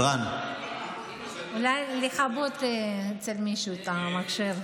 אולי לכבות אצל מישהו את המחשב.